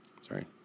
Sorry